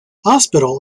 hospital